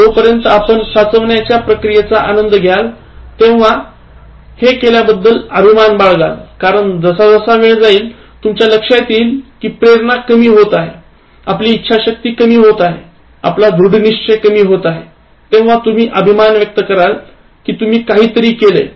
जोपर्यंत आपण साचवण्याच्या प्रक्रियेचा आनंद घ्याल तेव्हा हे केल्याबद्दल अभिमान बाळगाल कारण जसा जसा वेळ जाईल तुमच्या लक्षात येईल की प्रेरणा कमी होत आहे आपली इच्छाशक्ती कमी होत आहे आपला दृढनिश्चय कमी होत आहे तेव्हा तुम्ही अभिमान व्यक्त कराल कि तुम्ही काहीतरी केलंय